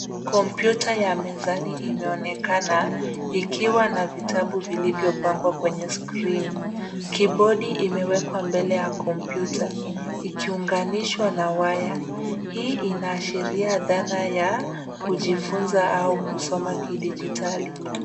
Kompyuta ya mezani imeonekana ikiwa na vitabu vilivyopangwa kwenye (cs) screen(cs) . (cs)keyboard (cs) imewekwa mbele ya kompyuta ikiunganishwa na waya. Hii inaashiria dhana ya kujifunza au kusoma kidijitali .